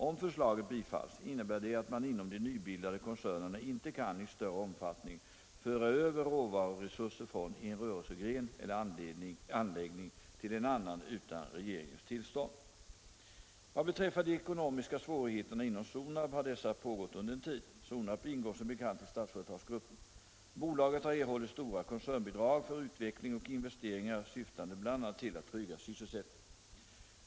Om förslaget bifalles, innebär det att man inom de nybildade koncernerna inte kan i större omfattning föra över råvaruresurser från en rörelsegren eller anläggning till en annan utan regeringens tillstånd. Vad beträffar de ekonomiska svårigheterna inom Sonab har dessa pågått under en tid. Sonab ingår som bekant i Statsföretagsgruppen. Bolaget — Nr 35 har erhållit stora koncernbidrag för utveckling och investeringar syftande Torsdagen den bl.a. till att trygga sysselsättningen.